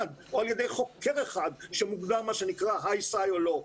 או על ידי חוקר אחד שמוגדר מה שנקרא high cite או לא,